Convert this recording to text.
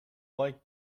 like